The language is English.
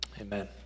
Amen